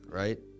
right